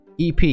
EP